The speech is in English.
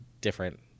different